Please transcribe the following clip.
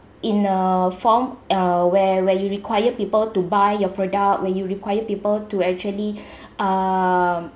in a form uh where where you require people to buy your product when you require people to actually um